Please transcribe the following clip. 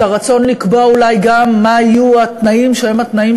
את הרצון לקבוע אולי גם מה יהיו התנאים שהם התנאים,